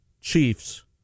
Chiefs